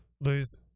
lose